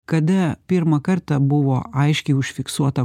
kada pirmą kartą buvo aiškiai užfiksuota